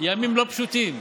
ימים לא פשוטים,